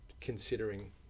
considering